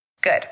Good